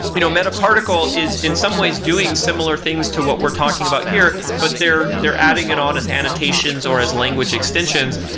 you know meta particle is in some ways doing similar things to what we're talking about here, but they're they're adding it on as annotations or as language extensions.